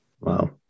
Wow